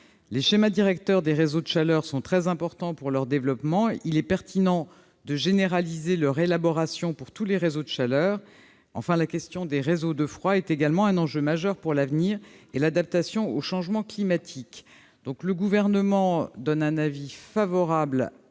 Les schémas directeurs des réseaux de chaleur étant très importants pour leur développement, il est pertinent de généraliser leur élaboration pour tous les réseaux de chaleur. Enfin, la question des réseaux de froid est également un enjeu majeur pour l'avenir et l'adaptation au changement climatique. Le Gouvernement est favorable